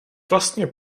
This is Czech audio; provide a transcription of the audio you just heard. vlastně